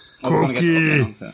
Cookie